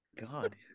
God